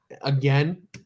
again